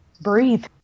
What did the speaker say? breathe